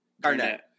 Garnett